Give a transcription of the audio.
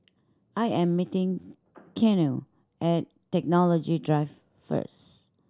I am meeting Keanu at Technology Drive first